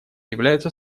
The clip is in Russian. являются